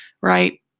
right